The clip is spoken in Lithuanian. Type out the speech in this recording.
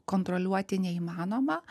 kontroliuoti neįmanoma